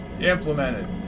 implemented